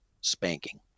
spanking